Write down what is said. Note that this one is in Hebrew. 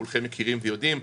כולכם מכירים ויודעים.